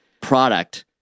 product